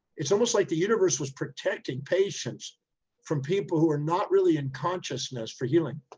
it's almost like the universe was protecting patients from people who are not really in consciousness for healing.